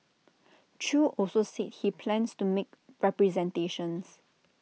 chew also said he plans to make representations